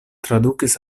tradukis